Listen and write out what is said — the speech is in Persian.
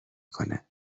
کنه